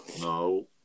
No